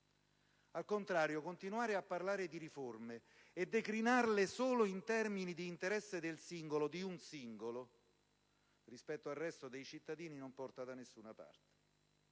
Al contrario, continuare a parlare di riforme e declinarle solo in termini di interesse del singolo, di un singolo, rispetto al resto dei cittadini non porta da nessuna parte.